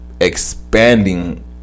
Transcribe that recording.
expanding